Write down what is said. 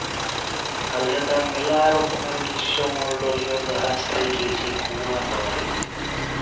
আলেদা ম্যালা রকমের গীষ্মমল্ডলীয় গাহাচ থ্যাইকে যে কূয়া পাই